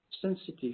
sensitive